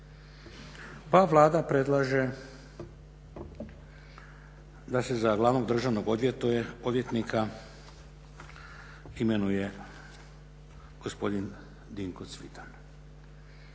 pa Vlada predlaže da se za glavnog državnog odvjetnika imenuje gospodin Dinko Cvitan.